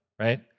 right